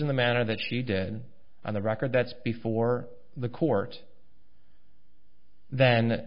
in the manner that she did on the record that's before the court then